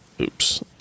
Oops